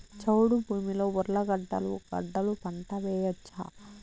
చౌడు భూమిలో ఉర్లగడ్డలు గడ్డలు పంట వేయచ్చా?